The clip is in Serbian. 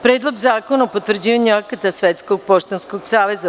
Predlog zakona o potvrđivanju akata Svetskog poštanskog saveza; 16.